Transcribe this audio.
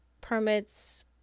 permits